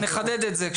כשנגיע לזה, נחדד את זה.